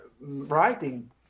writing